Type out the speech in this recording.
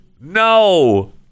No